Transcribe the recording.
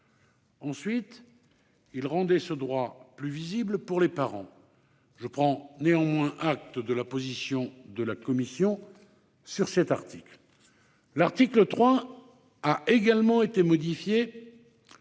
Ensuite, il rendait ce droit plus visible pour les parents. Je prends néanmoins acte de la position de la commission sur cet article. L'article 3 a également été modifié